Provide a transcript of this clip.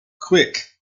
quick